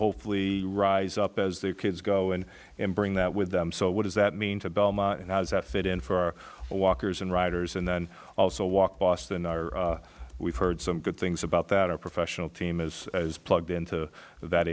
hopefully rise up as the kids go in and bring that with them so what does that mean to belmont and how does that fit in for walkers and riders and then also walk boston our we've heard some good things about that are professional team is as plugged in to that